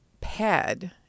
pad